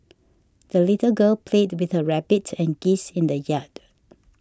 the little girl played with her rabbit and geese in the yard